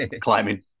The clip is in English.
climbing